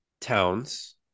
towns